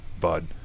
bud